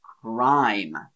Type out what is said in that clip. crime